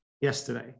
yesterday